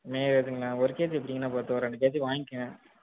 மேரேஜுங்களா ஒரு கேஜி எப்படிங்கண்ணா பத்தும் ரெண்டு கேஜி வாங்கிக்கங்க